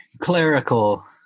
clerical